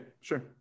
sure